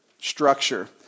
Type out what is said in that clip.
structure